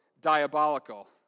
diabolical